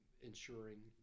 ensuring